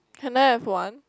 can I have one